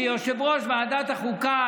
כיושב-ראש ועדת החוקה,